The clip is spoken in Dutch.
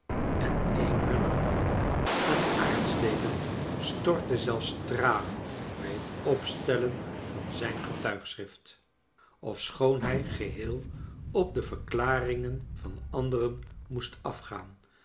en een hunner een aartsdeken stortte zelfs tranen bij het opstellen van zijn getuigschrift ofschoon hij geheel op de verklaringen van anderen moest afgaan